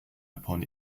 upon